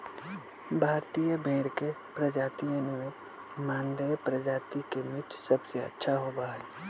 भारतीयन भेड़ के प्रजातियन में मानदेय प्रजाति के मीट सबसे अच्छा होबा हई